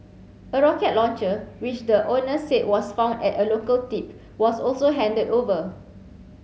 a rocket launcher which the owner said was found at a local tip was also handed over